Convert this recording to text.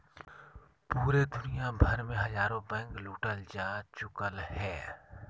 पूरे दुनिया भर मे हजारो बैंके लूटल जा चुकलय हें